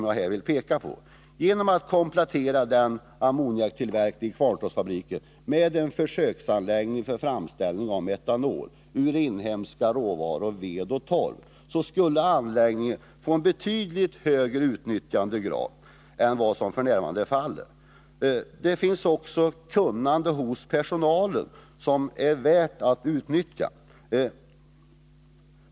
Genom att man kompletterade ammoniaktillverkningen vid Kvarntorpsfabriken med en försöksanläggning för framställning av metanol ur inhemska råvaror, ved och torv, skulle anläggningen kunna utnyttjas betydligt mera än som f. n. är fallet. Det finns också ett kunnande bland personalen som det är värt att utnyttja.